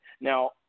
Now